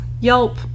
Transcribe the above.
Yelp